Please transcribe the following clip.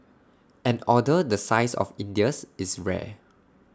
an order the size of India's is rare